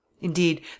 indeed